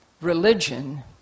religion